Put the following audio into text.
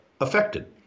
affected